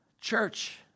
Church